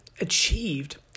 achieved